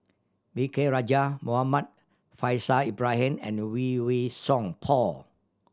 V K Rajah Muhammad Faishal Ibrahim and Lee Wei Song Paul